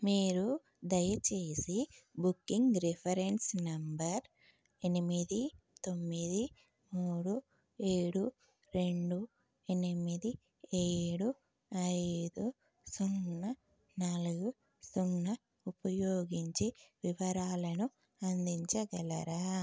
మీరు దయచేసి booking reference number ఎనిమిది తొమ్మిది మూడు ఏడు రెండు ఎనిమిది ఏడు ఐదు సున్నా నాలుగు సున్నా ఉపయోగించి వివరాలను అందించగలరా